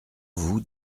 vous